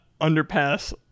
underpass